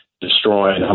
destroying